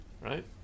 Right